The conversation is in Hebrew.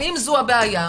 אבל אם זו הבעיה,